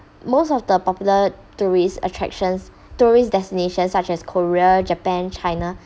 most of the popular tourist attractions tourist destination such as korea japan china